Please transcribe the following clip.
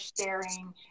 sharing